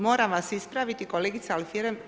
Moram vas ispraviti kolegice Alfirev.